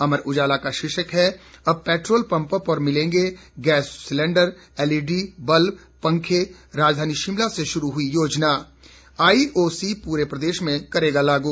अमर उजाला का शीर्षक है अब पैट्रोल पंपों पर मिलेंगे गैस सिलेंडर एलईडी बल्ब पंखे राजधानी शिमला से शुरू हुई योजना आईओसी पूरे प्रदेश में करेगा लागू